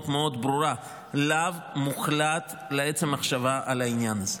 מאוד ברורה: לאו מוחלט לעצם המחשבה על העניין הזה.